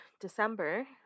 December